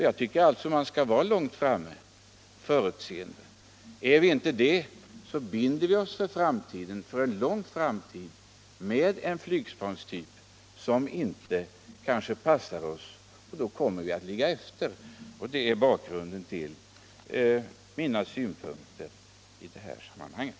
Jag tycker alltså att man skall hålla sig långt framme och vara förutseende. Är vi inte det binder vi oss för en lång framtid vid en flygplanstyp som kanske inte passar oss och då kommer vi att ligga efter. Det är bakgrunden till mina synpunkter i det här sammanhanget.